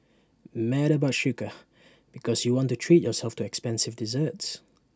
mad about Sucre because you want to treat yourself to expensive desserts